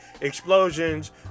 explosions